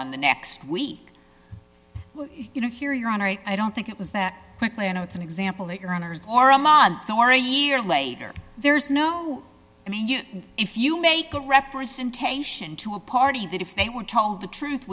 on the next week you know here your honor i don't think it was that quickly and it's an example that your honour's or a month or a year later there's no i mean if you make a representation to a party that if they were told the truth